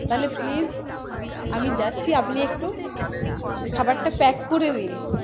তাহলে প্লিস আমি যাচ্ছি আপনি একটু খাবারটা প্যাক করে দিন